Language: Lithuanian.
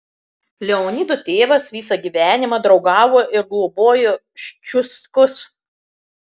leonido tėvas visą gyvenimą draugavo ir globojo ščiuckus